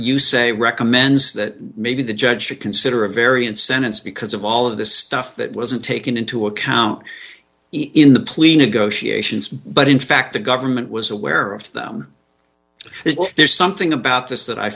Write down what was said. you say recommends that maybe the judge should consider a variance sentence because of all of the stuff that wasn't taken into account in the plea negotiations but in fact the government was aware of them there's something about this that i